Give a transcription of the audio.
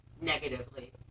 Negatively